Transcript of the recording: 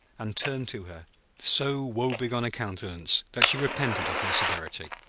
and turned to her so woebegone a countenance that she repented of her severity.